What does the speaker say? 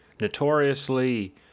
notoriously